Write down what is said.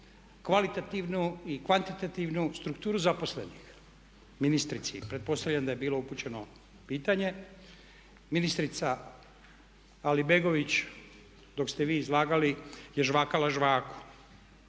kvalitativnu i kvantitativnu strukturu zaposlenih ministrici i pretpostavljam da je bilo upućeno pitanje. Ministrica Alibegović dok ste vi izlagali je žvakala žvaku